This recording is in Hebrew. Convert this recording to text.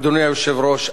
אדוני היושב-ראש,